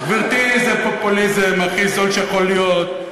גברתי, זה פופוליזם הכי זול שיכול להיות.